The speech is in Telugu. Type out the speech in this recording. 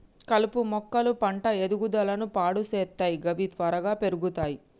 కలుపు మొక్కలు పంట ఎదుగుదలను పాడు సేత్తయ్ గవి త్వరగా పెర్గుతయ్